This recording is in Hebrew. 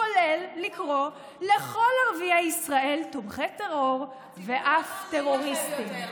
כולל לקרוא לכל ערביי ישראל "תומכי טרור" ואף "טרוריסטים".